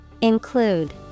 Include